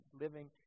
living